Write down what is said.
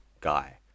guy